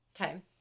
Okay